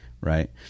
right